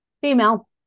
female